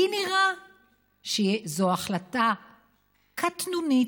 לי נראה שזו החלטה קטנונית,